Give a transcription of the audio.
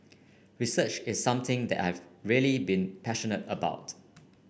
research is something that I have really been passionate about